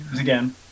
again